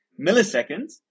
milliseconds